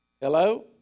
Hello